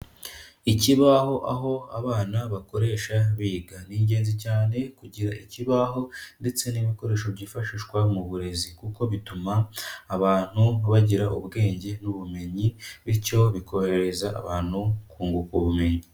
Ikibaho aho abana bakoresha biga ni ingenzi cyane kugira ikibaho ndetse n'ibikoresho byifashishwa mu burezi, kuko bituma abantu bagira ubwenge n'ubumenyi bityo bikorohereza abantu kunguka ubumenyi.